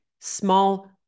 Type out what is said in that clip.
small